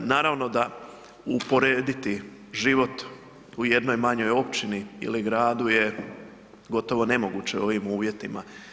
Naravno da uporediti život u jednoj manjoj općini ili gradu je gotovo nemoguće u ovim uvjetima.